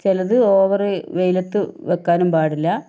ചിലത് ഓവറ് വെയിലത്ത് വെക്കാനും പാടില്ല